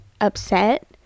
upset